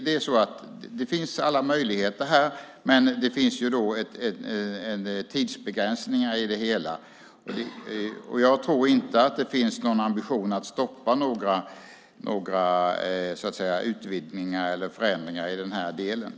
Det finns alla möjligheter här, men det finns tidsbegränsningar. Jag tror dock inte att det finns någon ambition att stoppa några utvidgningar eller förändringar i detta avseende.